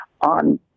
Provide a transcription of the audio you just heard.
on